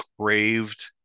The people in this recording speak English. craved